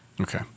Okay